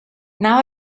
now